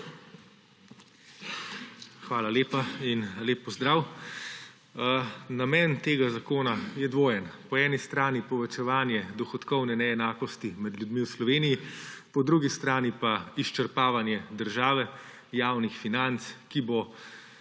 Hvala lepa in lep pozdrav! Namen tega zakona je dvojen; po eni strani povečevanje dohodkovne neenakosti med ljudmi v Sloveniji, po drugi strani pa izčrpavanje države, javnih financ, ki bo